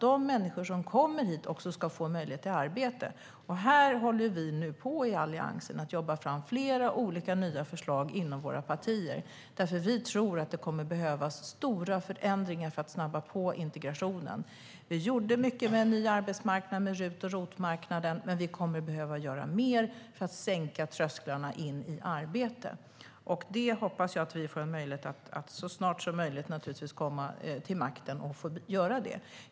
De människor som kommer hit ska också få möjlighet till arbete. Här håller vi i Alliansen på att jobba fram flera olika nya förslag inom våra partier. Vi tror att det kommer att behövas stora förändringar för att snabba på integrationen. Vi gjorde mycket med en ny arbetsmarknad, RUT och ROT-marknaden, men vi kommer att behöva göra mer för att sänka trösklarna in i arbete. Jag hoppas att vi snart får möjlighet att komma till makten och göra detta.